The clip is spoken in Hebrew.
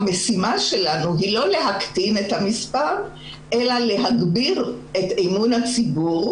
המשימה שלנו היא לא להקטין את המספר אלא להגביר את אמון הציבור